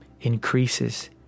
increases